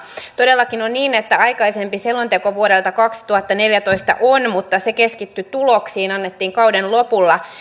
todellakin on niin että aikaisempi selonteko vuodelta kaksituhattaneljätoista on mutta se keskittyi tuloksiin ja annettiin kauden lopulla